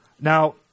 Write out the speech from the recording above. Now